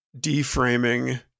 deframing